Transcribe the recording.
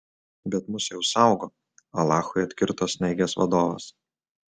bet mus jau saugo alachui atkirto snaigės vadovas